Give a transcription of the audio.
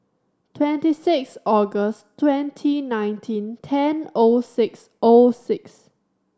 twenty six August twenty nineteen ten O six O six